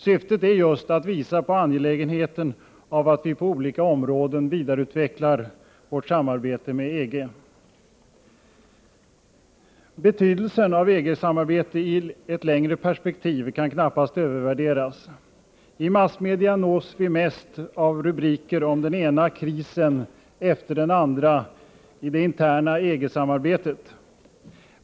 Syftet är just att visa på angelägenheten av att vi på olika områden vidareutvecklar vårt samarbete med EG. Betydelsen av EG-samarbete i ett längre perspektiv kan knappast övervärderas. I massmedia nås vi mest av rubriker om den ena krisen efter den andra i det interna EG-samarbetet.